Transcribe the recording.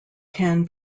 can